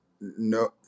no